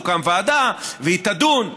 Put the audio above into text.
תוקם ועדה והיא תדון,